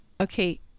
okay